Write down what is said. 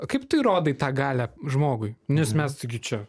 kaip tu įrodai tą galią žmogui nes mes tai gi čia